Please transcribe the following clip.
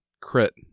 crit